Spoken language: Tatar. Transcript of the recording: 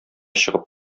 чыгып